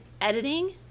editing